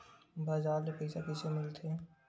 बजार ले पईसा कइसे मिलथे?